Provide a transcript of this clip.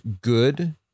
good